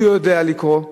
שיודע לקרוא,